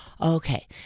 okay